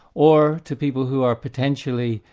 or to people who are potentially,